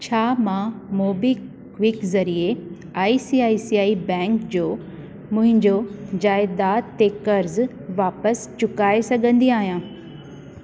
छा मां मोबीक्विक ज़रिए I C I C I bank जो मुंहिंजो जाइदादु ते कर्ज वापिसि चुकाइ सघंदी आहियां